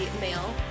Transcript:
male